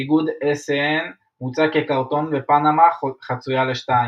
איגוד ASEAN מוצג כקרטון ופנמה חצויה לשתיים.